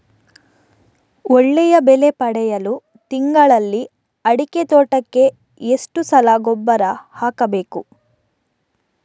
ಒಳ್ಳೆಯ ಬೆಲೆ ಪಡೆಯಲು ತಿಂಗಳಲ್ಲಿ ಅಡಿಕೆ ತೋಟಕ್ಕೆ ಎಷ್ಟು ಸಲ ಗೊಬ್ಬರ ಹಾಕಬೇಕು?